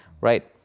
right